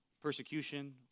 persecution